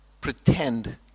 pretend